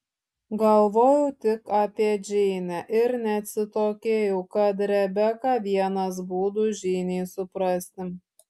galvojau tik apie džeinę ir neatsitokėjau kad rebeka vienas būdų džeinei suprasti